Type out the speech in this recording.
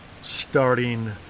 starting